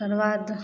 ओकरबाद